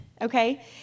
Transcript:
Okay